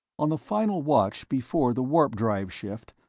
on the final watch before the warp-drive shift,